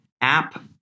App